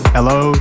Hello